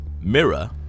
Mirror